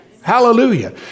Hallelujah